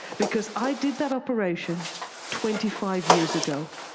because i did that operation twenty five years ago,